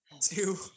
two